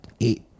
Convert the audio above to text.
eight